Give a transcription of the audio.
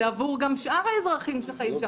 זה גם עבור שאר האזרחים שחיים שם.